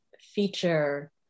feature